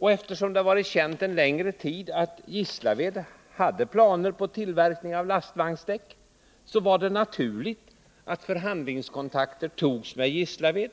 Eftersom det en längre tid varit känt att Gislaved AB hade planer på tillverkning av lastvagnsdäck, var det naturligt att förhandlingskontakter togs med Gislaved.